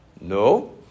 No